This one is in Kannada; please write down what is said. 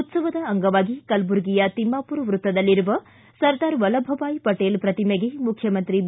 ಉತ್ಸವದ ಅಂಗವಾಗಿ ಕಲಬುರಗಿಯ ತಿಮ್ಮಾಪೂರ್ ವೃತ್ತದಲ್ಲಿರುವ ಸರ್ದಾರ್ ವಲ್ಲಭಬಾಯ್ ಪಟೇಲ್ ಪ್ರತಿಮೆಗೆ ಮುಖ್ಯಮಂತ್ರಿ ಬಿ